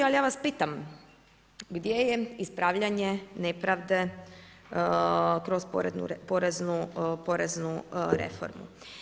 Ali ja vas pitam, gdje je ispravljanje nepravde kroz poreznu reformu?